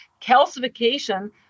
calcification